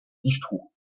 distro